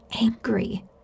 angry